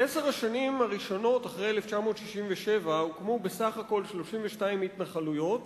בעשר השנים הראשונות אחרי 1967 הוקמו בסך הכול 32 התנחלויות,